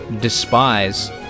despise